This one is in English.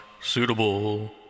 Suitable